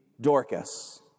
Dorcas